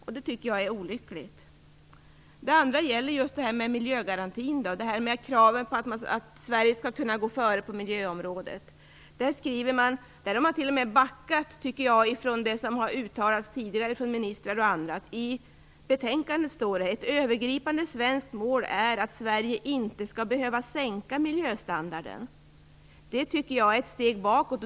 Detta tycker jag är olyckligt. Det andra exemplet gäller just miljögarantin - kravet på att Sverige skall kunna gå före på miljöområdet. Där tycker jag att man t.o.m. har backat från tidigare uttalanden gjorda av bl.a. ministrar. I betänkandet står det: Ett övergripande svenskt mål är att Sverige inte skall behöva sänka miljöstandarden. Det tycker jag är ett steg bakåt.